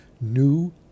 new